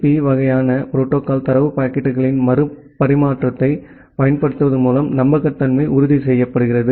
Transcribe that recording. B வகையான protocol தரவு பாக்கெட்டுகளின் மறு பரிமாற்றத்தைப் பயன்படுத்துவதன் மூலம் நம்பகத்தன்மையை உறுதி செய்யும்